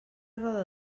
roda